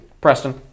Preston